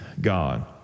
God